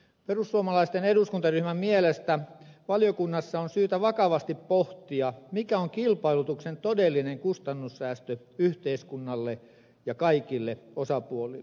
perussuomalaisten eduskuntaryhmän mielestä valiokunnassa on syytä vakavasti pohtia mikä on kilpailutuksen todellinen kustannussäästö yhteiskunnalle ja kaikille osapuolille